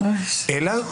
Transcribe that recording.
אלא פרשנות.